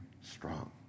strong